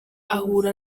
ahura